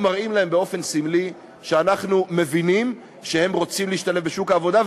מראים להם באופן סמלי שאנחנו מבינים שהם רוצים להשתלב בשוק העבודה,